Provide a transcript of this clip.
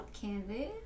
Candy